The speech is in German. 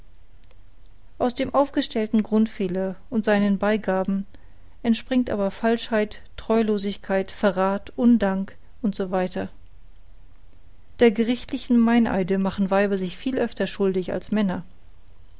aus dem aufgestellten grundfehler und seinen beigaben entspringt aber falschheit treulosigkeit verrath undank u s w der gerichtlichen meineide machen weiber sich viel öfter schuldig als männer